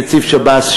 נציב שב"ס,